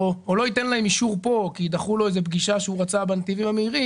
לא ייתן להם אישור פה כי דחו לו איזו פגישה שהוא רצה בנתיבים המהירים.